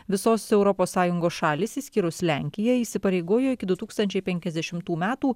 visos europos sąjungos šalys išskyrus lenkija įsipareigojo iki du tūkstančiai penkiasdešimtų metų